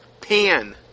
Pan